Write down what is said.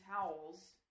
towels